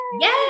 Yay